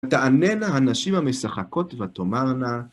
תעננה הנשים המשחקות ותאמרנה